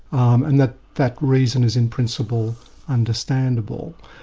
um and that that reason is in principle understandable.